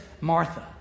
Martha